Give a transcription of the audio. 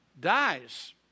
dies